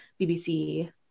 BBC